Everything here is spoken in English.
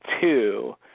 two